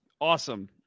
awesome